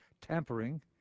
tampering